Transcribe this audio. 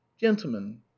gentlemen